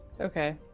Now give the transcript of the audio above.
Okay